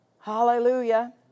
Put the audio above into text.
Hallelujah